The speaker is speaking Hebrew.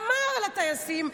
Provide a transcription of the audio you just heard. אמר לטייסים,